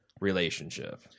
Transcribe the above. relationship